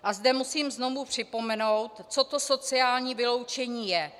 A zde musím znovu připomenout, co to sociální vyloučení je.